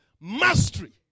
Mastery